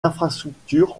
infrastructures